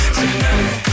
tonight